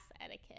etiquette